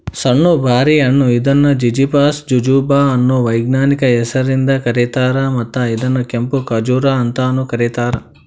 ಸಣ್ಣು ಬಾರಿ ಹಣ್ಣ ಇದನ್ನು ಜಿಝಿಫಸ್ ಜುಜುಬಾ ಅನ್ನೋ ವೈಜ್ಞಾನಿಕ ಹೆಸರಿಂದ ಕರೇತಾರ, ಮತ್ತ ಇದನ್ನ ಕೆಂಪು ಖಜೂರ್ ಅಂತಾನೂ ಕರೇತಾರ